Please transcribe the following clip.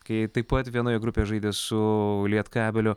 kai taip pat vienoje grupėje žaidė su lietkabeliu